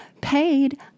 paid